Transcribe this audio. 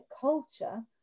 culture